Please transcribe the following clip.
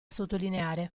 sottolineare